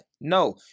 No